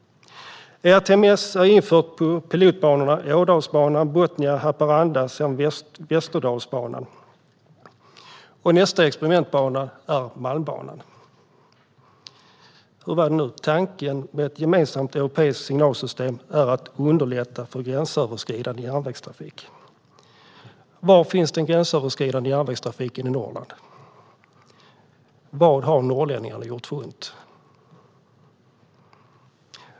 ERTMS är infört på pilotbanorna Ådalsbanan, Botniabanan, Haparandabanan samt Västerdalsbanan. Nästa experimentbana är Malmbanan. Hur var det nu? Tanken med ett gemensamt europeiskt signalsystem är att underlätta för gränsöverskridande järnvägstrafik. Var finns den gränsöverskridande järnvägstrafiken i Norrland? Vad har norrlänningarna gjort för ont?